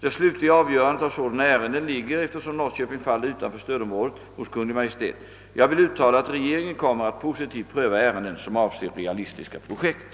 Det slutliga avgörandet av sådana ärenden ligger, eftersom Norrköping faller utanför stöd området, hos Kungl. Maj:t. Jag vill uttala att regeringen kommer att positivt pröva ärenden som avser realistiska projekt.